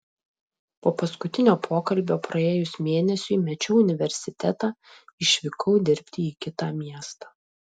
po paskutinio pokalbio praėjus mėnesiui mečiau universitetą išvykau dirbti į kitą miestą